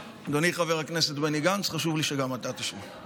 אדוני, חבר הכנסת בני גנץ, חשוב לי שגם אתה תשמע: